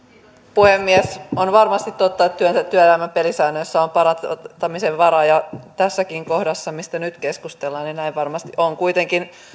puhemies on varmasti totta että työelämän pelisäännöissä on parantamisen varaa ja tässäkin kohdassa mistä nyt keskustellaan näin varmasti on kuitenkin